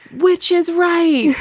which is right.